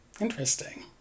Interesting